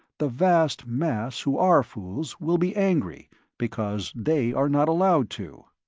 the vast mass who are fools will be angry because they are not allowed to.